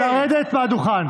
נא לרדת מהדוכן.